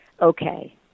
okay